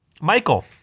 Michael